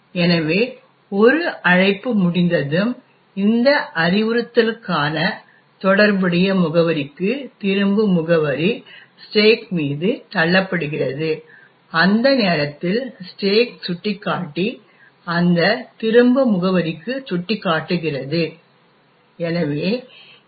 எனவே ஒரு அழைப்பு முடிந்ததும் இந்த அறிவுறுத்தலுக்கான தொடர்புடைய முகவரிக்குத் திரும்பும் முகவரி ஸ்டேக் மீது தள்ளப்படுகிறது அந்த நேரத்தில் ஸ்டேக் சுட்டிக்காட்டி அந்த திரும்ப முகவரிக்கு சுட்டிக்காட்டுகிறது எனவே ஈ